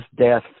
death